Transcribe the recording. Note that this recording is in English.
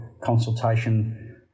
consultation